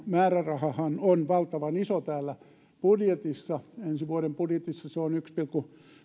määrärahahan on valtavan iso täällä budjetissa ensi vuoden budjetissa se on yksi pilkku